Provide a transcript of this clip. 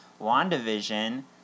WandaVision